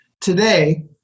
Today